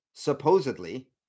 supposedly